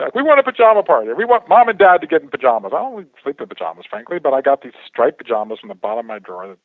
like we want a pajama party, everyone, mom and dad to get in pajamas, i always flipped the pajamas frankly but i got these stipe pajamas in the bottom my drawer,